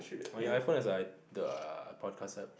oh ya iPhone has the err podcast app